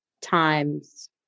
times